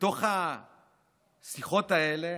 ובתוך השיחות האלה